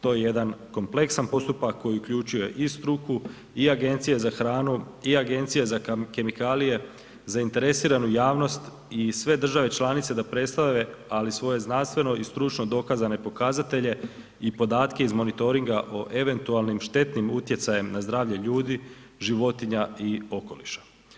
To je jedan kompleksan postupak koji uključuje i struku i agencije za hranu i agencije za kemikalije, zainteresiranu javnost i sve države članice da predstave ali svoje znanstveno i stručno dokazane pokazatelje i podatke iz monitoringa o eventualnim štetnim utjecajem na zdravlje ljudi, životinja i okoliša.